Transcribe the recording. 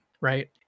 Right